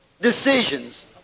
Decisions